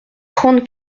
trente